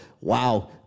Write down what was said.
wow